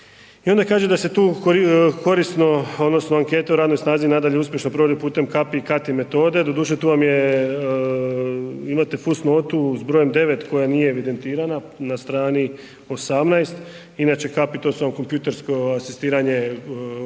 I onda kaže da se tu korisno odnosno anketu o radnoj snazi nadalje uspješno provodi putem CAPI I CATI metode, doduše tu vam je, imate fusnotu s brojem 9 koja nije evidentirana na strani 18 inače CAPI to su vam kompjutersko asistiranje licem